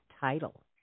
title